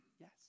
yes